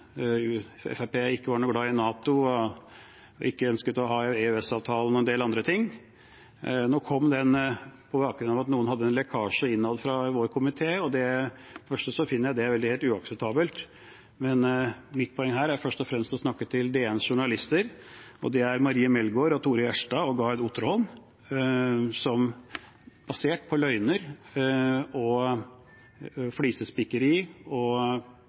Fremskrittspartiet ikke var noe glad i NATO og ikke ønsket å ha EØS-avtalen og en del andre ting. Nå kom den på bakgrunn av at noen hadde en lekkasje innad fra vår komité. For det første finner jeg det helt uakseptabelt, men mitt poeng her er først og fremst å snakke til DNs journalister, og det er Marie Melgård, Tore Gjerstad og Gard Oterholm, som basert på løgner og flisespikkeri og